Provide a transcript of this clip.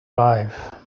life